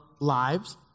lives